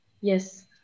Yes